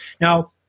Now